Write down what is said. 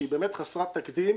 שהיא באמת חסרת תקדים,